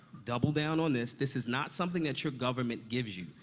double down on this. this is not something that your government gives you.